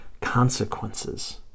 consequences